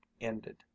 ended